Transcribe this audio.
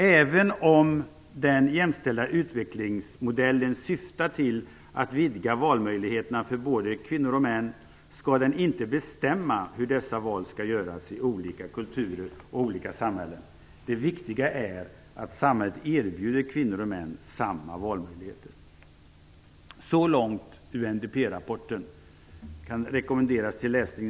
Även om den jämställda utvecklingsmodellen syftar till att vidga valmöjligheterna för både kvinnor och män skall den inte bestämma hur dessa val skall göras i olika kulturer och olika samhällen. Det viktiga är att samhället erbjuder kvinnor och män samma valmöjligheter. Så långt UNDP-rapporten. Den kan rekommenderas till läsning.